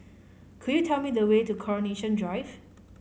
could you tell me the way to Coronation Drive